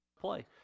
play